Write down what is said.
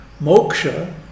Moksha